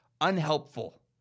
unhelpful